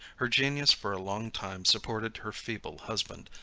her genius for a long time supported her feeble husband,